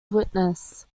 witness